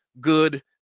good